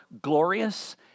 glorious